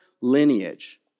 lineage